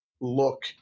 look